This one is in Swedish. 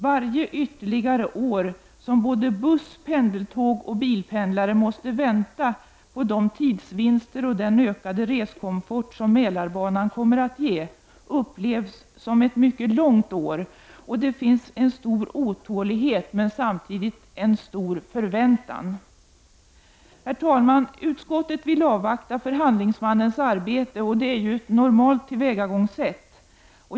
Varje ytterligare år som såväl busssom pendeltågsresenärer och bilpendlare måste vänta på de tidsvinster och den ökade reskomfort som Mälarbanan kommer att ge, upplevs som ett mycket långt år. Det finns en stor otålighet men samtidigt en stor förväntan. Herr talman! Utskottet vill avvakta förhandlingsmannens arbete, och det är ju ett normalt tillvägagångssätt.